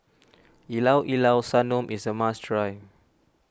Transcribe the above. Llao Llao Sanum is a must try